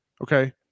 Okay